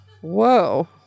Whoa